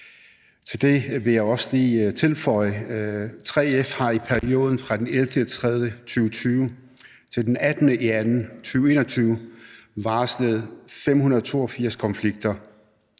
Til det vil jeg også lige tilføje, at 3F i perioden fra den 11. marts 2020 til den 18. februar 2021 har varslet 582 konflikter.